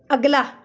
ਅਗਲਾ